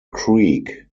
creek